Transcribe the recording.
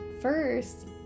first